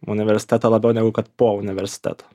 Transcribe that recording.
universiteto labiau negu kad po universiteto